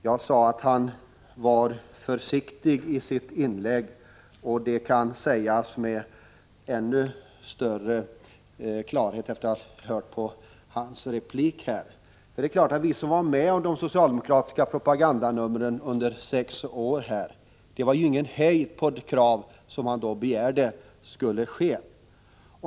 Jag sade att han var försiktig i sitt inlägg, och detta kan i än högre grad sägas gälla hans replik. Under sex år var vi med om socialdemokratiska propagandanummer — det var ju ingen hejd på vad man då begärde.